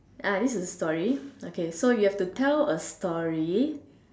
ah this a story okay so you have to tell a story